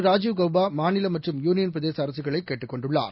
ராஜீவ் கௌபாமாநிலமற்றும் யூனியன் பிரதேசஅரசுகளைகேட்டுக் கொண்டுள்ளார்